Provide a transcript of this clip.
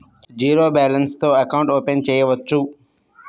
Zero balance తో account open చేయవచ్చు?